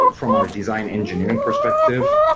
but from our design engineering perspective,